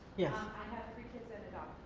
yes. i have three kids and